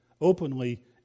openly